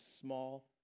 small